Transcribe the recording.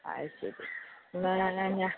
അത് ശരി എന്നാൽ ഞ ഞ ഞ